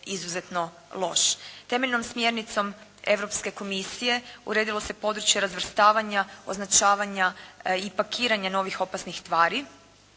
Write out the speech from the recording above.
iznimno loš. Temeljnom smjernicom Europske komisije uredilo se područje razvrstavanja, označavanja i pakiranja novih opasnih tvari,